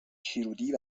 شیرودی